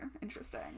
Interesting